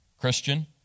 Christian